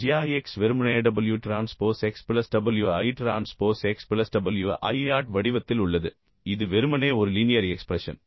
g i x வெறுமனே w transpose x plus w i transpose x plus w i naught வடிவத்தில் உள்ளது இது வெறுமனே ஒரு லீனியர் எக்ஸ்பிரஷன்